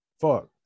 fuck